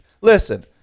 Listen